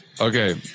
Okay